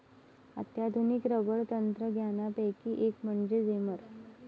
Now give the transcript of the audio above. अत्याधुनिक रबर तंत्रज्ञानापैकी एक म्हणजे जेमर